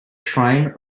shrine